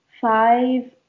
five